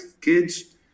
kids